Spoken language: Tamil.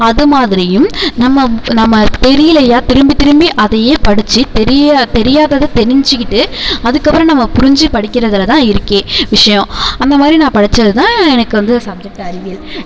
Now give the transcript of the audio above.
அது மாதிரியும் நம்ம நம்ம தெரியலையா திரும்பி திரும்பி அதையே படிச்சு தெரிய தெரியாததை தெரிஞ்சிக்கிட்டு அதுக்கப்புறம் நம்ம புரிஞ்சி படிக்கிறதில் தான் இருக்கே விஷயோம் அந்த மாதிரி நான் படிச்சதுதான் எனக்கு வந்து சப்ஜெக்ட் அறிவியல்